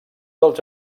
dels